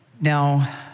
now